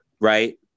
Right